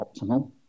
optimal